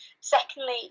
secondly